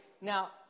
Now